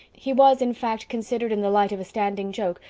he was, in fact, considered in the light of a standing joke,